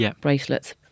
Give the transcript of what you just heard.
bracelets